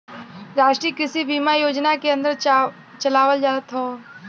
राष्ट्रीय कृषि बीमा योजना के अन्दर चलावल जात हौ